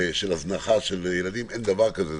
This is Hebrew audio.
של הזנחה של ילדים אין דבר כזה,